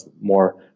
more